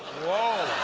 whoa!